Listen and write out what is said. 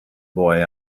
boy